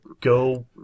go